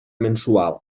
mensual